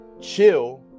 chill